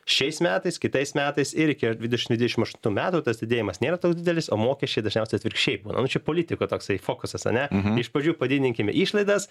šiais metais kitais metais ir iki dvidešimt aštuntų metų tas didėjimas nėra toks didelis o mokesčiai dažniausiai atvirkščiai manau čia politiko toksai fokusas ane iš pradžių padidinkim išlaidas